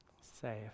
Safe